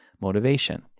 motivation